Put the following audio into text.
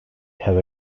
have